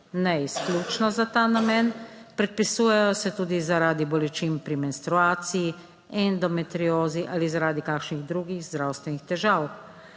ne izključno za ta namen, predpisujejo se tudi zaradi bolečin pri menstruaciji, endometriozi ali zaradi kakšnih drugih zdravstvenih težav.